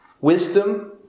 Wisdom